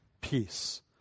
peace